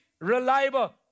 reliable